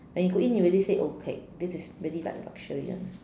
when you go in you already say okay this is really like luxury one